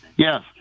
Yes